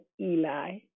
Eli